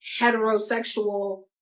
heterosexual